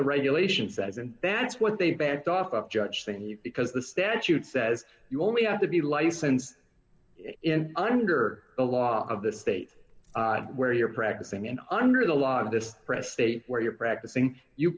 the regulation says and that's what they backed off a judge that he because the statute says you only have to be licensed in under the law of the state where you're practicing and under the law of this press state where you're practicing you